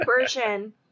version